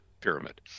pyramid